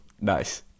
Nice